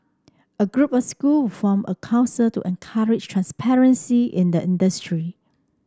a group of school formed a council to encourage transparency in the industry